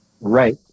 Right